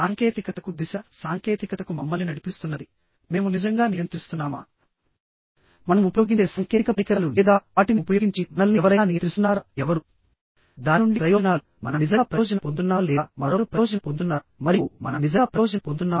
సాంకేతికతకు దిశ సాంకేతికతకు మమ్మల్ని నడిపిస్తున్నది మేము నిజంగా నియంత్రిస్తున్నామా మనం ఉపయోగించే సాంకేతిక పరికరాలు లేదా వాటిని ఉపయోగించి మనల్ని ఎవరైనా నియంత్రిస్తున్నారా ఎవరు దాని నుండి ప్రయోజనాలు మనం నిజంగా ప్రయోజనం పొందుతున్నామా లేదా మరొకరు ప్రయోజనం పొందుతున్నారా మరియు మనం నిజంగా ప్రయోజనం పొందుతున్నామా